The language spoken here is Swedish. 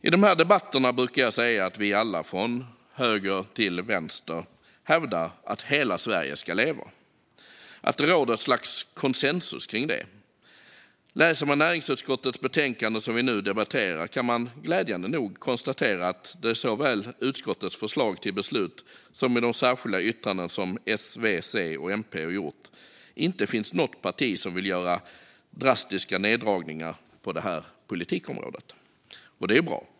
I de här debatterna brukar jag säga att vi alla, från höger till vänster, hävdar att hela Sverige ska leva och att det råder ett slags konsensus kring det. Läser man näringsutskottets betänkande som vi nu debatterar kan man glädjande nog konstatera att det såväl i utskottets förslag till beslut som i de särskilda yttranden som S, V, C, och MP har kommit med inte finns någon som vill göra stora neddragningar på detta politikområde. Det är bra.